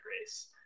race